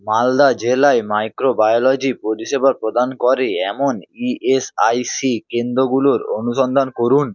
মালদা জেলায় মাইক্রোবায়োলজি পরিষেবা প্রদান করে এমন ইএসআইসি কেন্দ্রগুলোর অনুসন্ধান করুন